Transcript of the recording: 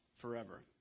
forever